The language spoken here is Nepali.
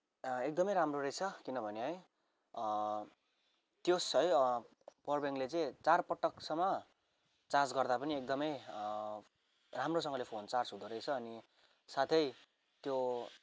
एकदमै राम्रो रहेछ किनभने है त्यस है पावर ब्याङ्कले चारपटकसम्म चार्ज गर्दा पनि एकदमै राम्रोसँगले फोन चार्ज हुँदोरहेछ अनि साथै त्यो